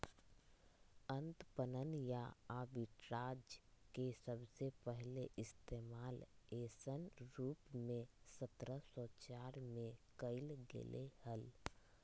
अंतरपणन या आर्बिट्राज के सबसे पहले इश्तेमाल ऐसन रूप में सत्रह सौ चार में कइल गैले हल